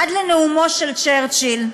עד לנאומו של צ'רצ'יל,